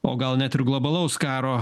o gal net ir globalaus karo